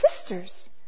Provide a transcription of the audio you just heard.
sisters